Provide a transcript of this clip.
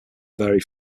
vary